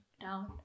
down